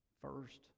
First